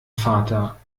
vater